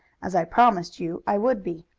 as i promised you i would be.